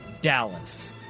Dallas